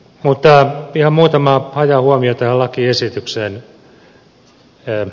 ihan muutama hajahuomio tähän lakiesitykseen